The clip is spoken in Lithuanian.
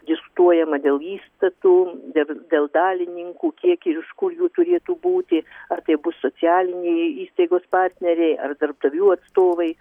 distuojama dėl įstatų dėl dėl dalininkų kiek ir iš kur jų turėtų būti ar tai bus socialiniai įstaigos partneriai ar darbdavių atstovai